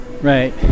right